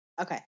Okay